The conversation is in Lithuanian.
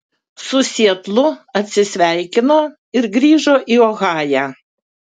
su sietlu atsisveikino ir grįžo į ohają